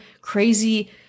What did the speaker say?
crazy